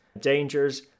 dangers